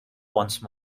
once